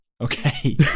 okay